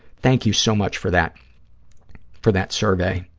thank you so much for that for that survey.